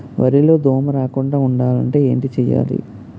వరిలో దోమ రాకుండ ఉండాలంటే ఏంటి చేయాలి?